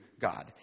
God